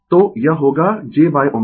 तो यह होगा jω C